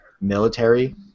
military